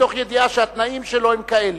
מתוך ידיעה שהתנאים שלו הם כאלה.